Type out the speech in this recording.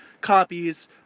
copies